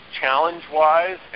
challenge-wise